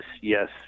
yes